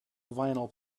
vinyl